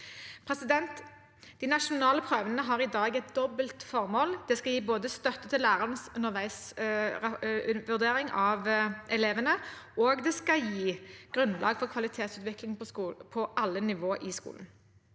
prøvene. De nasjonale prøvene har i dag et dobbelt formål. De skal både gi støtte til lærerens underveisvurdering av elevene og gi grunnlag for kvalitetsutvikling på alle nivå i skolen.